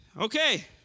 Okay